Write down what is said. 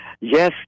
Yes